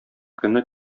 көнне